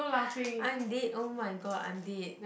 I'm dead oh my god I'm dead